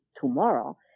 tomorrow